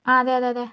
ആ അതേയതേയതേ